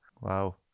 Wow